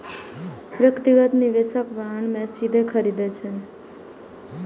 व्यक्तिगत निवेशक बांड कें सीधे खरीदै छै